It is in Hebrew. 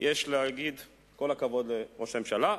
יש להגיד כל הכבוד לראש הממשלה.